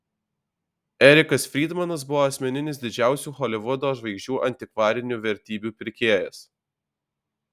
erikas frydmanas buvo asmeninis didžiausių holivudo žvaigždžių antikvarinių vertybių pirkėjas